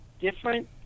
different